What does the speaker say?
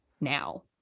now